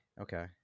Okay